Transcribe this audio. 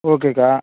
ஓகேக்கா